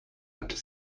after